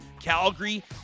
calgary